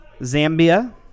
Zambia